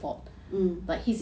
mmhmm